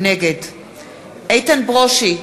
נגד איתן ברושי,